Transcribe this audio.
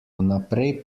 vnaprej